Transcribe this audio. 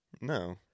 No